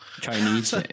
Chinese